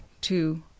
two